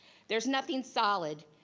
there's nothing solid.